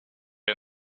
pit